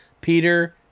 Peter